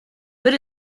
but